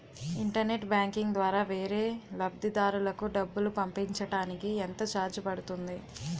Internet banking ద్వారా వేరే లబ్ధిదారులకు డబ్బులు పంపించటానికి ఎంత ఛార్జ్ పడుతుంది?